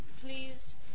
please